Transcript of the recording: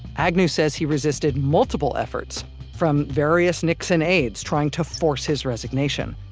agnew says he resisted multiple efforts from various nixon aides trying to force his resignation.